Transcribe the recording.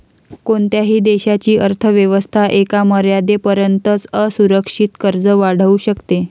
कोणत्याही देशाची अर्थ व्यवस्था एका मर्यादेपर्यंतच असुरक्षित कर्ज वाढवू शकते